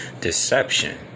deception